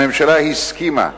הממשלה הסכימה,